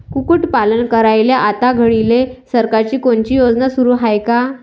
कुक्कुटपालन करायले आता घडीले सरकारची कोनची योजना सुरू हाये का?